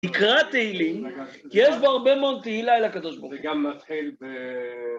תקרא תהילים, כי יש בו הרבה מאוד תהילה לקדוש ברוך הוא